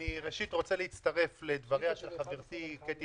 אני ראשית רוצה להצטרף לדבריה של חברתי קטי